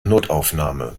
notaufnahme